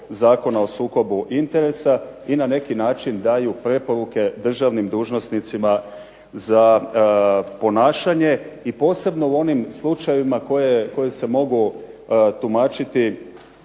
Zakona o sukobu interesa i na neki način daju preporuke državnim dužnosnicima za ponašanje. I posebno u onim slučajevima koji se mogu tumačiti